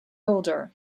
older